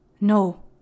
No